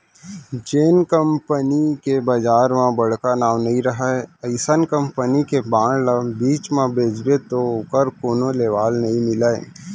जेन कंपनी के बजार म बड़का नांव नइ रहय अइसन कंपनी के बांड ल बीच म बेचबे तौ ओकर कोनो लेवाल नइ मिलय